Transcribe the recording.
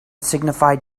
signified